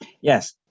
Yes